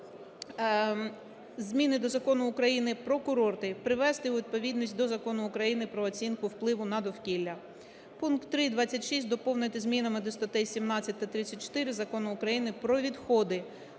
зміни до Закону України "Про курорти" привести у відповідність до Закону України про оцінку впливу на довкілля. Пункт 3.26 доповнити змінами до статей 17 та 34 Закону України "Про відходи".